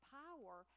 power